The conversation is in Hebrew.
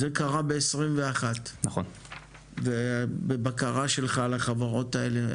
זה קרה ב- 2021 ובבקרה שלך על החברות האלה,